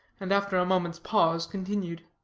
and after a moment's pause continued.